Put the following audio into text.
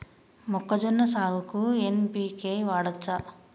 మొక్కజొన్న సాగుకు ఎన్.పి.కే వాడచ్చా?